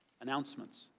announcements.